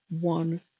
one